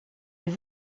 même